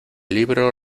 libro